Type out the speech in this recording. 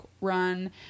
run